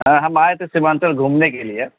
ہاں ہم آئے تھے سیمانچل گھومنے کے لیے